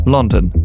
London